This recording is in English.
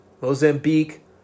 Mozambique